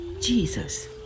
Jesus